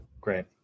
Great